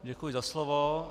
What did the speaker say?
Děkuji za slovo.